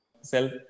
self